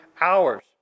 hours